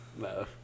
No